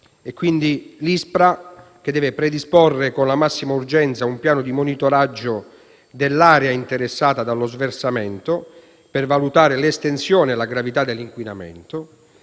cosa: l'ISPRA, che deve predisporre con la massima urgenza un piano di monitoraggio dell'area interessata dallo sversamento, per valutare l'estensione e la gravità dell'inquinamento;